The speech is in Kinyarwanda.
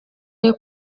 yawe